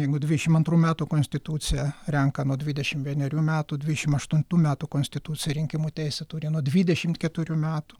jeigu dvidešimt antrų metų konstitucija renka nuo dvidešimt vienerių metų dvidešimt aštuntų metų konstitucijoj rinkimų teisę turi nuo dvidešimt keturių metų